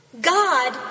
God